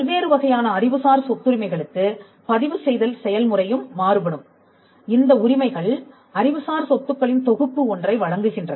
பல்வேறு வகையான அறிவுசார் சொத்துரிமை களுக்கு பதிவுசெய்தல் செயல்முறையும் மாறுபடும் இந்த உரிமைகள் அறிவுசார் சொத்துக்களின் தொகுப்பு ஒன்றை வழங்குகின்றன